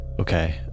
okay